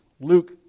Luke